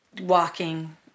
walking